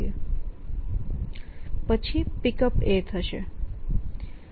પછી Pickup થશે